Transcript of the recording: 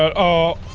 ah oh